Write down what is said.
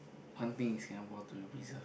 one thing in Singapore to be preserved